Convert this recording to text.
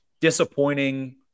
disappointing